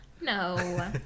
No